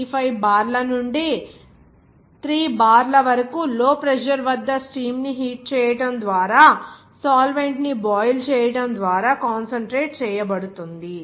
35 బార్ల నుండి 3 బార్ల వరకు లో ప్రెజర్ వద్ద స్టీమ్ ని హీట్ చేయడం ద్వారా సాల్వెంట్ ని బాయిల్ చేయటం ద్వారా కాన్సన్ట్రేట్ చేయబడుతుంది